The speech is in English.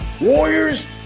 Warriors